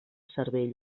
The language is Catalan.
cervell